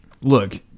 look